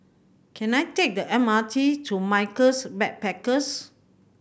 can I take the M R T to Michaels Backpackers